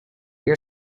your